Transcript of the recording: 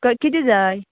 कितें जाय